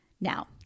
Now